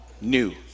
new